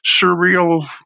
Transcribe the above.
surreal